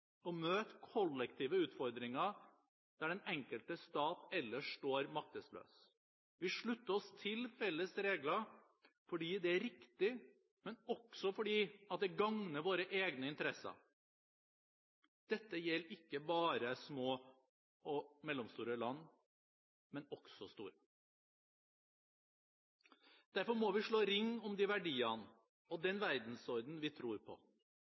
å møte kollektive utfordringer der den enkelte stat ellers står maktesløs. Vi slutter oss til felles regler fordi det er riktig, men også fordi det gagner våre egne interesser. Dette gjelder ikke bare små og mellomstore land, men også store. Derfor må vi slå ring om de verdiene og den verdensordenen vi tror på.